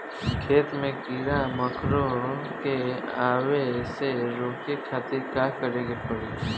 खेत मे कीड़ा मकोरा के आवे से रोके खातिर का करे के पड़ी?